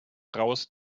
raus